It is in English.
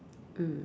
mm